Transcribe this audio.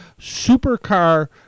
supercar